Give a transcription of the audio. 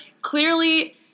clearly